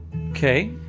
Okay